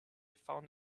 found